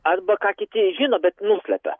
arba ką kiti žino bet nuslepia